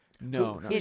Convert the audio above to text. No